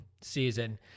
season